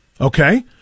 Okay